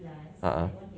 a'ah